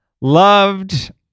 Loved